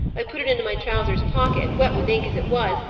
i put it into my trousers pocket, wet with ink as it was,